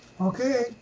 Okay